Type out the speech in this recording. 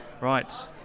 Right